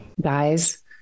guys